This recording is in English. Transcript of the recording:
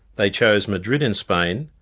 they chose madrid in spain,